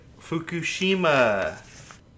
Fukushima